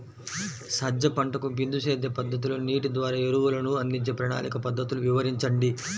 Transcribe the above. సజ్జ పంటకు బిందు సేద్య పద్ధతిలో నీటి ద్వారా ఎరువులను అందించే ప్రణాళిక పద్ధతులు వివరించండి?